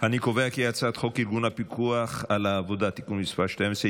אני קובע כי הצעת חוק ארגון הפיקוח על העבודה (תיקון מס' 12),